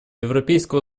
европейского